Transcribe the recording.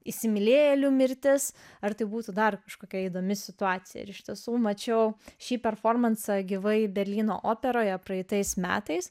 įsimylėjėlių mirtis ar tai būtų dar kažkokia įdomi situacija ir iš tiesų mačiau šį performansą gyvai berlyno operoje praeitais metais